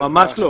ממש לא.